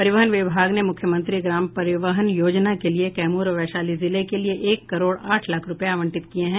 परिवहन विभाग ने मुख्यमंत्री ग्राम परिवहन योजना के लिये कैमूर और वैशाली जिले के लिये एक करोड़ आठ लाख रूपये आवंटित किये हैं